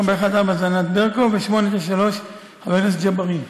414, ענת ברקו, ו-893, של חבר הכנסת ג'בארין.